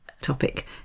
topic